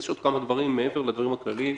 יש עוד כמה דברים מעבר לדברים הכלליים,